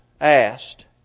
asked